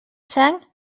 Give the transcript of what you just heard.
sang